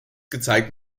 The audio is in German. gezeigt